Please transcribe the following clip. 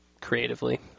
creatively